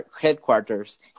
headquarters